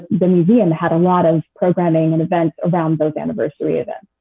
the museum had a lot of programming and events around those anniversary events.